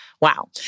Wow